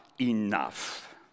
enough